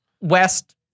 West